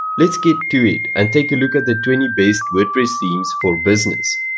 let's get to it and take a look at the twenty best wordpress themes for business.